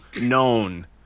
known